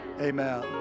amen